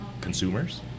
consumers